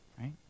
right